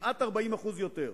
כמעט 40% יותר.